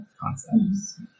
concepts